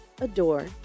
Adore